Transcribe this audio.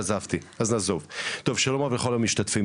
אז שוב שלום רב לכל המשתתפים,